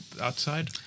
outside